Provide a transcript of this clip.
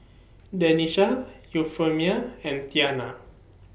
Denisha Euphemia and Tianna